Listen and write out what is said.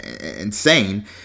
insane